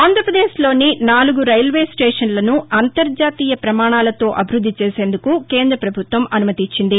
ఆంధ్రాపదేశ్లోని నాలుగు రైల్వే స్టేషన్లను అంతర్జాతీయ ప్రమాణాలతో అభివృద్ది చేసేందుకు కేంద్ర ప్రభుత్వం అనుమతి ఇచ్చింది